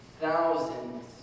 thousands